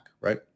right